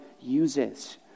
uses